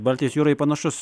baltijos jūroj panašus